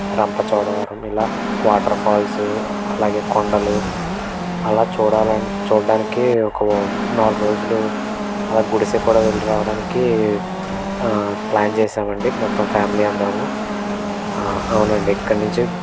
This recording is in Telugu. రంపచోడవరం ఇలా వాటర్ ఫాల్సు అలాగే కొండలు అలా చూడాలి చూడటానికి ఒక నాలుగు రోజులు అలా గుడిసెకు కూడా వెళ్ళి రావడానికి ప్లాన్ చేసామండి మొత్తం ఫ్యామిలీ అందరము అవునండి ఇక్కడి నుంచి